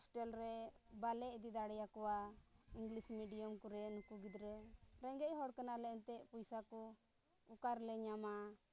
hostel ᱨᱮ ᱵᱟᱞᱮ ᱤᱫᱤ ᱫᱟᱲᱮᱭᱟᱠᱚᱣᱟ ᱤᱝᱞᱤᱥ ᱢᱤᱰᱤᱭᱟᱢ ᱠᱚᱮᱫ ᱩᱱᱠᱩ ᱜᱤᱫᱽᱨᱟᱹ ᱨᱮᱸᱜᱮᱡ ᱦᱚᱲ ᱠᱟᱱᱟᱞᱮ ᱮᱱᱛᱮᱫ ᱯᱚᱭᱥᱟ ᱠᱚ ᱚᱠᱟ ᱨᱮᱞᱮ ᱧᱟᱢᱟ